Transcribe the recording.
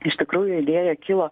iš tikrųjų idėja kilo